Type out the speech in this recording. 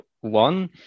One